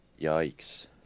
Yikes